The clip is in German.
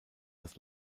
das